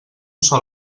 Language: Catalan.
sol